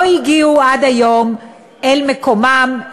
ולא הגיעו עד היום אל מקומם,